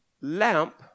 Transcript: lamp